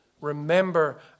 Remember